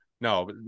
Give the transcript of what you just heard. no